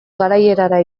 garaierara